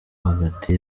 hagati